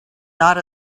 not